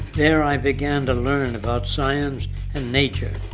there i began to learn about science and nature.